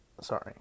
Sorry